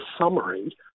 summary